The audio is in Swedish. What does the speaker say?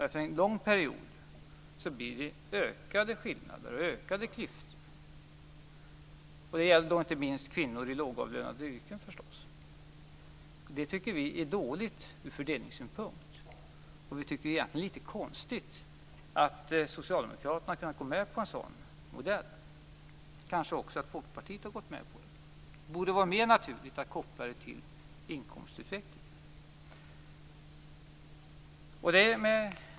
Efter en lång period blir det ökade klyftor - inte minst för kvinnor i lågavlönade yrken. Det är dåligt ur fördelningssynpunkt. Det är konstigt att Socialdemokraterna och Folkpartiet kan gå med på en sådan modell. Det borde vara mer naturligt att koppla till inkomstutvecklingen.